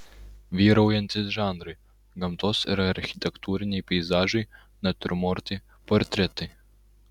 vyraujantys žanrai gamtos ir architektūriniai peizažai natiurmortai portretai